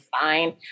fine